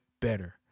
better